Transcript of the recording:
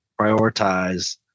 prioritize